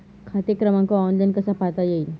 खाते क्रमांक ऑनलाइन कसा पाहता येईल?